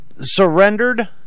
surrendered